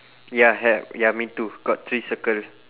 ya have ya me too got three circle